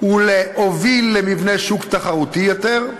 ולהוביל למבנה שוק תחרותי יותר,